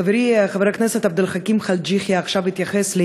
חברי חבר הכנסת עבד אל חכים חאג' יחיא התייחס עכשיו